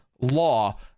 law